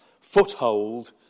foothold